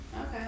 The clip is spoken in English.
Okay